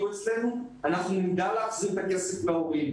אצלנו אנחנו נדע להחזיר את הכסף להורים.